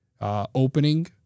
opening